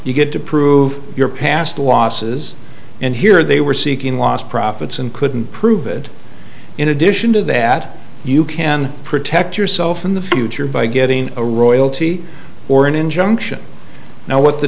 you get to prove your past losses and here they were seeking lost profits and couldn't prove it in addition to that you can protect yourself in the future by getting a royalty or an injunction now what the